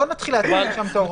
נצלם מצב.